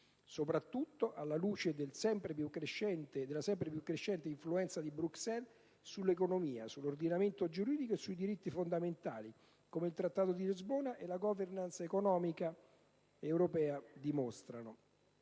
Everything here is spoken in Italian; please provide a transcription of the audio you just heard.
soprattutto alla luce della sempre più crescente influenza di Bruxelles sull'economia, sull'ordinamento giuridico e sui diritti fondamentali, come il Trattato di Lisbona e la *governance* economica europea dimostrano.